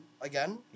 again